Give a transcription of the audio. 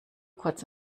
kurz